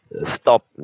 stop